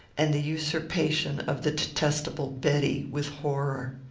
and the usurpation of the detestable betty, with horror.